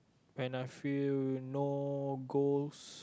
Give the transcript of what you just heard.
when I feel no goals